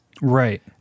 Right